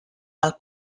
del